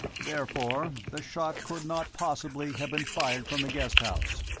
therefore, the shot could not possibly have been fired from the guest house,